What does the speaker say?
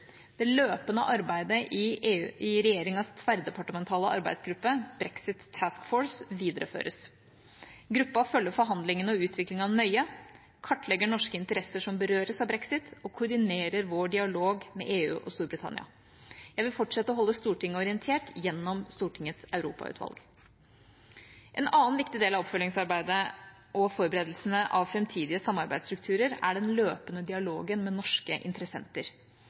Det løpende arbeidet i regjeringas tverrdepartementale arbeidsgruppe, Brexit Task Force, videreføres. Gruppa følger forhandlingene og utviklingen nøye, kartlegger norske interesser som berøres av brexit, og koordinerer vår dialog med EU og Storbritannia. Jeg vil fortsette å holde Stortinget orientert gjennom Stortingets europautvalg. En annen viktig del av oppfølgingsarbeidet og forberedelsene av framtidige samarbeidsstrukturer er den løpende dialogen med norske interessenter.